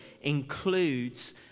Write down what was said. includes